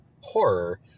horror